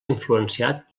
influenciat